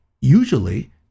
usually